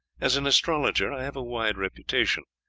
as an astrologer i have a wide reputation.